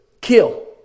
kill